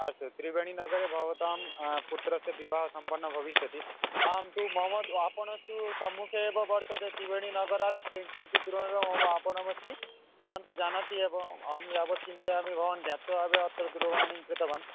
अस्तु त्रिवेणीनगरे भवतां पुत्रस्य विवाहसम्पन्नः भविष्यति आम् तु मम आपणस्तु सम्मुखे एव वर्तते त्रिवेणीनगरात् किञ्चित् दूरमेव मम आपणम् अस्ति भवान् तु जानाति एव अहं यावत् चिन्तयामि भवान् ज्ञात्वा एव अत्र दूरवाणीं कृतवान्